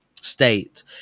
state